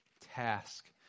task